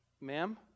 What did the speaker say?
ma'am